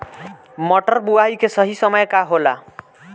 मटर बुआई के सही समय का होला?